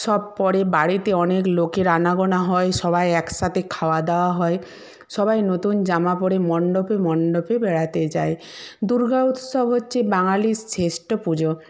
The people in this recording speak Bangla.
সব পরে বাড়িতে অনেক লোকের আনাগোনা হয় সবাই এক সাথে খাওয়া দাওয়া হয় সবাই নতুন জামা পরে মণ্ডপে মণ্ডপে বেড়াতে যায় দুর্গা উৎসব হচ্ছে বাঙালির শ্রেষ্ঠ পুজো